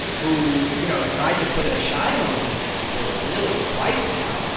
who, you know, tried to put a shine on the report, really, twice now.